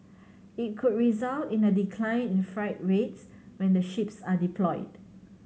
it could result in a decline in freight rates when the ships are deployed